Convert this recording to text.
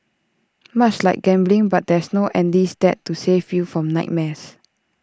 much like gambling but there's no Andy's Dad to save you from nightmares